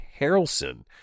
Harrelson